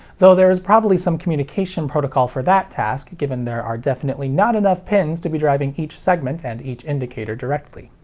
though there is probably some communication protocol for that task, given there are definitely not enough pins to be driving each segment and each indicator directly.